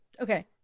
Okay